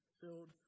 filled